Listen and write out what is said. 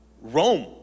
Rome